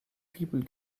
fibel